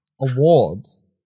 awards